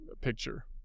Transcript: picture